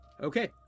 okay